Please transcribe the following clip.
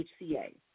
HCA